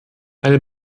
eine